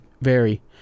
vary